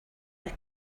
they